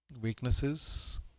weaknesses